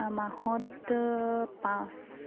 মাহত পাঁচ